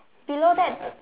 below that